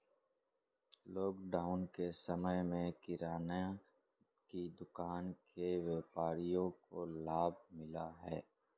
lockdown के समय में किराने की दुकान के व्यापारियों को लाभ मिला है